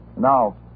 Now